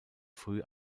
früh